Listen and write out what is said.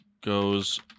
goes